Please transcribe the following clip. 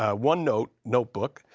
ah onenote notebook.